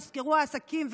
נסגרו העסקים,